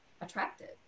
attractive